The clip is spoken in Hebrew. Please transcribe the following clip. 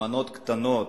במנות קטנות,